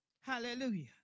Hallelujah